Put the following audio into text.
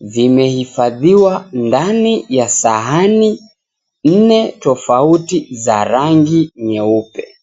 vimehifadhiwa ndani ya sahani nne tofauti za rangi nyeupe.